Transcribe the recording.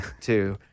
two